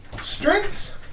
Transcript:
Strength